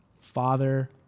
Father